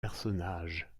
personnages